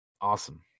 awesome